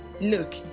look